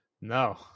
No